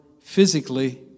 physically